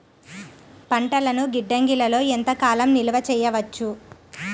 పంటలను గిడ్డంగిలలో ఎంత కాలం నిలవ చెయ్యవచ్చు?